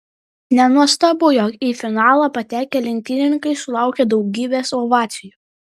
nenuostabu jog į finalą patekę lenktynininkai sulaukė daugybės ovacijų